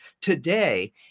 today